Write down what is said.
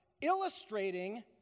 illustrating